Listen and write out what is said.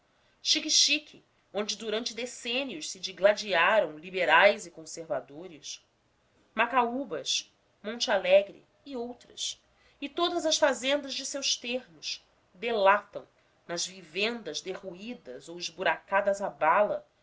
xiquexique onde durante decêncios se digladiaram liberais e conservadores macaúbas monte alegre e outras e todas as fazendas de seus termos delatam nas vivendas derruídas ou esburacadas a bala